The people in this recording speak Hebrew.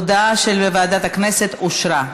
ההודעה של ועדת הכנסת אושרה.